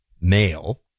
male